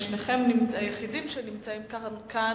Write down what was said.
שניכם היחידים שנמצאים כאן,